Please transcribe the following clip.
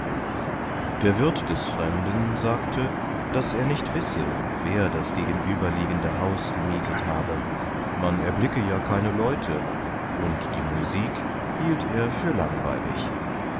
der wirt des fremden sagte daß er nicht wisse wer das gegenüberliegende haus gemietet habe man erblicke ja keine leute und die musik hielt er für langweilig